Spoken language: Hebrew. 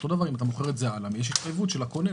אותו דבר אם אתה מוכר את זה הלאה ויש התחייבות של הקונה.